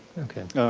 okay.